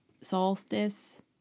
solstice